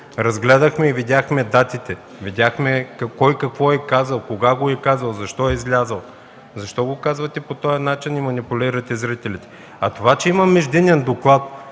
Разгледахме я и видяхме датите, видяхме кой какво е казал, кога го е казал, защо е излязъл. Защо го казвате по този начин и манипулирате зрителите? Има междинен доклад